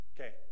okay